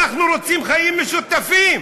אנחנו רוצים חיים משותפים.